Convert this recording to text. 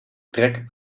trek